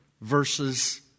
verses